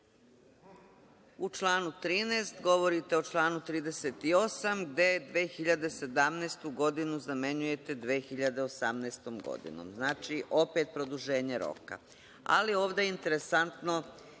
U članu 13. govorite o članu 38, gde 2017. godinu zamenjujete 2018. godinom. Znači, opet produženje roka. Ali, ovde je interesantno